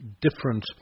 different